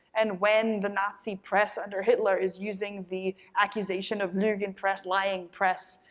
and when the nazi press under hitler is using the accusation of lugenpresse, lying press,